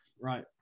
Right